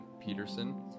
Peterson